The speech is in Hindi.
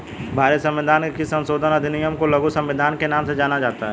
भारतीय संविधान के किस संशोधन अधिनियम को लघु संविधान के नाम से जाना जाता है?